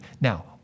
Now